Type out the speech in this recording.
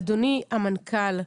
אדוני המנכ"ל,